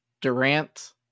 Durant